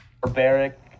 barbaric